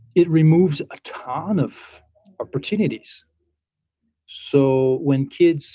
it removes a ton of opportunities so when kids